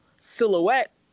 silhouette